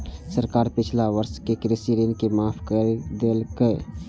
सरकार पिछला वर्षक कृषि ऋण के माफ कैर देलकैए